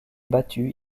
battu